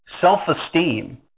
self-esteem